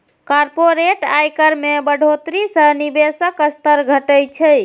corporate आयकर मे बढ़ोतरी सं निवेशक स्तर घटै छै